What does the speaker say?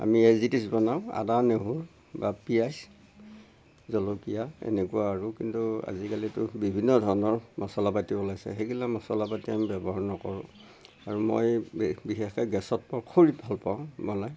আমি as it is বনাওঁ আদা নহৰু বা পিয়াঁজ জলকীয়া এনেকুৱা আৰু কিন্তু আজিকালিটো বিভিন্ন ধৰণৰ মচলা পাতি ওলাইছে সেইগিলা মচলা পাতি আমি ব্যৱহাৰ নকৰো আৰু মই বিশেষকৈ গেছত খৰিত ভালপাওঁ বনাই